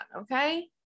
okay